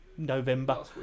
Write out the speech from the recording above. November